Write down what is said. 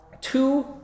Two